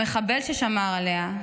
המחבל ששמר עליה,